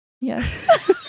Yes